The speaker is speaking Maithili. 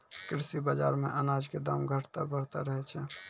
कृषि बाजार मॅ अनाज के दाम घटतॅ बढ़तॅ रहै छै